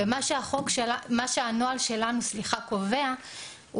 מה שהנוהל שלנו קובע,